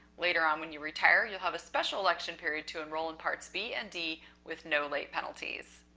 later on when you retire, you'll have a special election period to enroll in parts b and d with no late penalties.